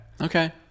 Okay